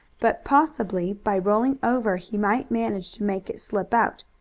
but possibly by rolling over he might manage to make it slip out.